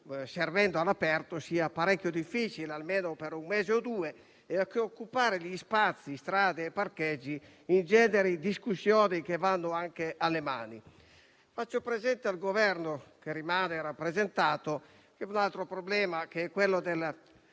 servendo all'aperto sia parecchio difficile, almeno per un mese o due, e che occupare gli spazi, strade e parcheggi, ingeneri discussioni che vanno anche alle mani. Faccio presente al Governo (che rimane rappresentato) un altro problema, quello del